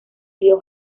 río